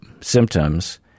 symptoms